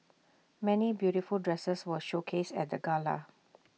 many beautiful dresses were showcased at the gala